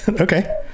okay